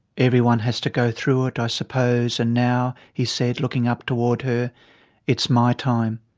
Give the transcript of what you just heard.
everyone has to go through it i suppose and now he said, looking up toward her it's my time.